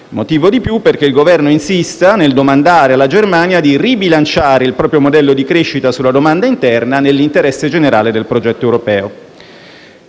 motivo di più perché il Governo insista nel domandare alla Germania di ribilanciare il proprio modello di crescita sulla domanda interna, nell'interesse generale del progetto europeo.